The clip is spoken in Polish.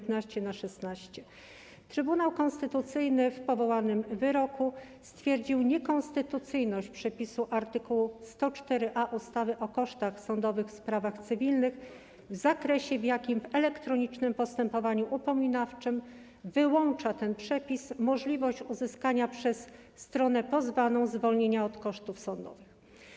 Trybunał Konstytucyjny w przywołanym wyroku stwierdził niekonstytucyjność przepisu art. 104a ustawy o kosztach sądowych w sprawach cywilnych w zakresie, w jakim w elektronicznym postępowaniu upominawczym wyłącza ten przepis możliwość uzyskania przez stronę pozwaną zwolnienia od kosztów sądowych.